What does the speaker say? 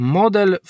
model